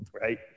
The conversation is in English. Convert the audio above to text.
right